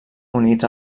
units